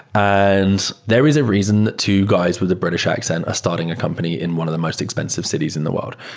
and there is a reason two guys with a british accent are starting a company in one of the most expensive cities in the world.